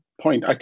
point